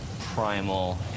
primal